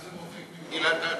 מה זה מוחק ממגילת העצמאות?